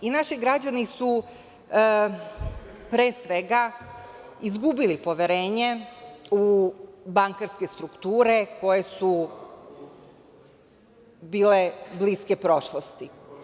Naši građani su izgubili poverenje u bankarske strukture koje su bile bliske prošlosti.